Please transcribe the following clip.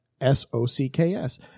S-O-C-K-S